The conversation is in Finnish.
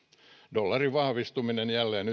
dollarin vahvistuminen jälleen